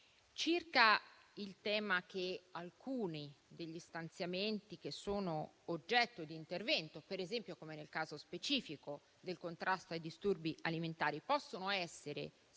Circa il tema che alcuni degli stanziamenti oggetto di intervento, per esempio, come nel caso specifico, del contrasto ai disturbi alimentari, possono non essere tutti